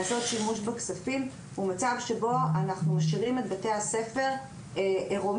לעשות שימוש בכספים הוא מצב שבו אנחנו משאירים את בתי הספר עירומים,